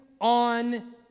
on